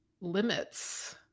limits